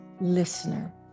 listener